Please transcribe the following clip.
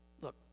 look